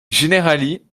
generally